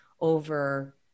over